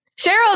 Cheryl